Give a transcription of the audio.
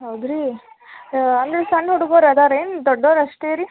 ಹೌದ್ರಿ ಅಂದ್ರೆ ಸಣ್ಣ ಹುಡುಗರು ಇದ್ದಾರೇನು ದೊಡ್ಡವ್ರು ಅಷ್ಟೇ ರಿ